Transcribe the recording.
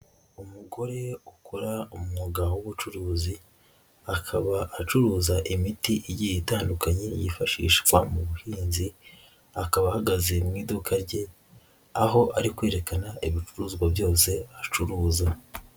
Umugore ukora umwuga w'ubucuruzi, akaba acuruza imiti igiye itandukanye yifashishwa mu buhinzi, akaba ahagaze mu iduka rye, aho ari kwerekana ibicuruzwa byose acuruza.